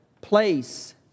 place